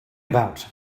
about